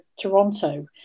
Toronto